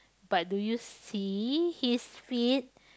but do you see his feet